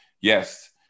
yes